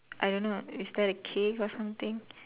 I don't know is that a K or something